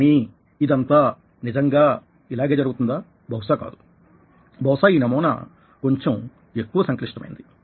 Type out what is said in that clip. కానీ ఇదంతా నిజంగా ఇలాగే జరుగుతుందా బహుశా కాదు బహుశా ఈ నమూనా కొంచెం ఎక్కువ సంక్లిష్టమైనది